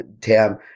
Tam